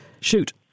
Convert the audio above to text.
shoot